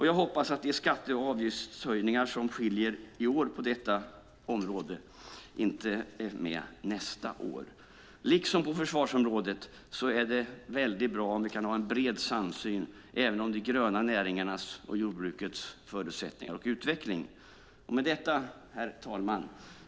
Jag hoppas att de skatte och avgiftshöjningar som skiljer i år på detta område inte är med nästa år. Liksom på försvarsområdet är det väldigt bra om vi kan ha en bred samsyn även om de gröna näringarnas och jordbrukets förutsättningar och utveckling. Herr talman!